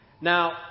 Now